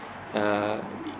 uh